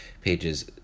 pages